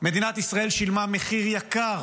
מדינת ישראל שילמה מחיר יקר